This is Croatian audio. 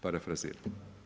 Parafraziram.